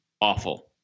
awful